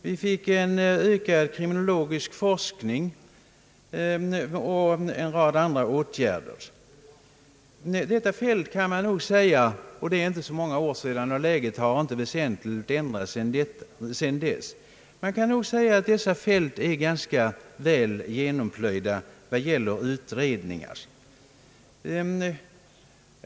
Vi fick också en ökad kriminologisk forskning, och även en rad andra åtgärder vidtogs. Detta fält är alltså ganska väl genomplöjt av utredningar. Det är inte så många år sedan som detta arbete gjordes, och läget har sedan dess inte väsentligen förändrats.